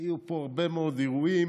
היו פה הרבה מאוד אירועים.